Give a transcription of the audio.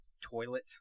Toilet